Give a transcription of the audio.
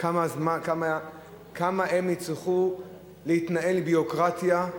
כמה הם יצטרכו להתנהל עם ביורוקרטיה,